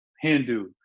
Hindu